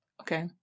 Okay